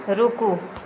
रूकु